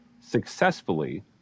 successfully